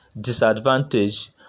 disadvantage